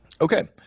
okay